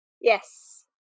Yes